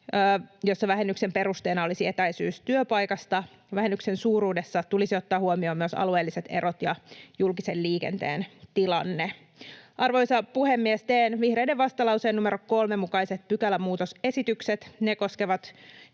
jossa vähennyksen perusteena olisi etäisyys työpaikasta. Vähennyksen suuruudessa tulisi ottaa huomioon myös alueelliset erot ja julkisen liikenteen tilanne. Arvoisa puhemies! Teen vihreiden vastalauseen numero 3 mukaiset pykälämuutosesitykset. Ne koskevat